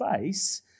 face